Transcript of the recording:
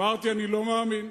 אמרתי: אני לא מאמין.